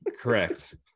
correct